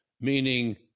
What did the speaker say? meaning